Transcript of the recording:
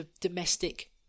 domestic